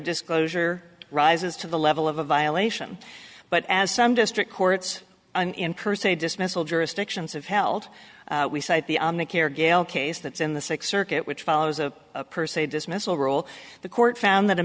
disclosure rises to the level of a violation but as some district courts in per se dismissal jurisdictions have held we cite the on the care gayle case that's in the sixth circuit which follows a per se dismissal rule the court found that a